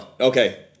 Okay